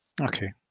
Okay